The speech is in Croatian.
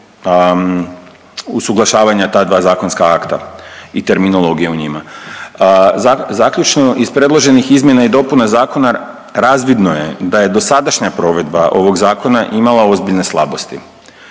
usuglašavanja ta dva zakonska akta i terminologije u njima. Zaključno, iz predloženih izmjena i dopuna zakona razvidno je da je dosadašnja provedba ovog Zakona imala ozbiljne slabosti.